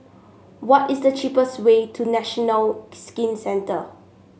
what is the cheapest way to National Skin Centre